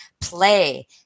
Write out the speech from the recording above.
play